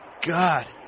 God